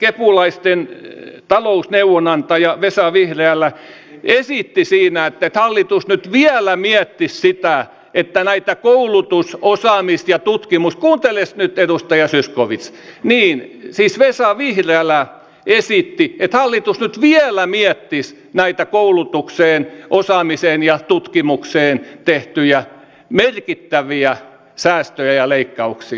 tämä kepulaisten talousneuvonantaja vesa vihriälä esitti siinä myöskin että hallitus vie elämiä pissittää itälaita koulutus ja osaamis ja tutkimuskulutelee nyt edustaja zyskowicz mihin siis vesa vihriälä esitti että hallitus vielä miettisi näitä koulutukseen osaamiseen ja tutkimukseen kuunteles nyt edustaja zyskowicz tehtyjä merkittäviä säästöjä ja leikkauksia